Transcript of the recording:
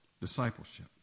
Discipleship